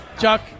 Chuck